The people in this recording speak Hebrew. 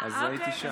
הייתי שם.